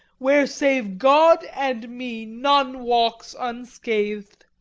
where save god and me, none walks unscathed